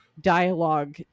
dialogue